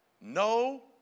no